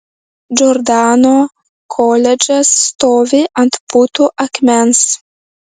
džordano koledžas stovi ant putų akmens